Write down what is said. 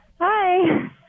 Hi